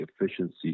efficiency